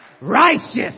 Righteous